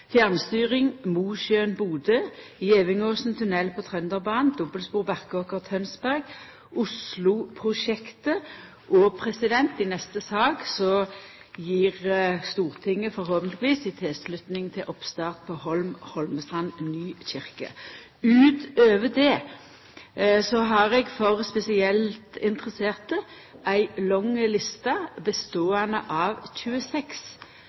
fjernstyring Mosjøen–Bodø, Gevingåsen tunnel på Trønderbanen, dobbeltspor Barkåker–Tønsberg, Oslo-prosjektet, og i neste sak gir Stortinget forhåpentleg si tilslutning til oppstart på Holm–Holmestrand–Nykirke. Utover dette har eg for spesielt interesserte ei lang liste beståande av 26